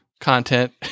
content